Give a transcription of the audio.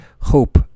hope